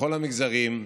בכל המגזרים,